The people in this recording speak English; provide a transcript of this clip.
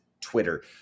Twitter